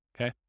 Okay